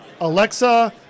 Alexa